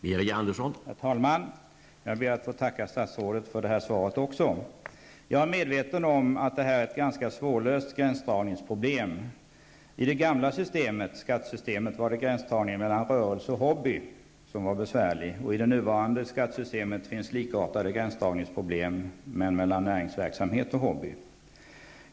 Herr talman! Jag ber att få tacka statsrådet för också för det här svaret. Jag är medveten om att det här är ett ganska svårlöst gränsdragningsproblem. I det gamla skattesystemet var det gränsdragningen mellan rörelse och hobby som var besvärlig. I det nuvarande skattesystemet finns likartade gränsdragningsproblem, men då mellan näringsverksamhet och hobby.